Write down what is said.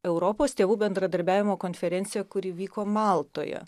europos tėvų bendradarbiavimo konferenciją kuri vyko maltoje